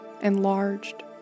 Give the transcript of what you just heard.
enlarged